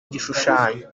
gishushanyo